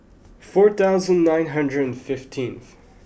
four thousand nine hundred and fifteenth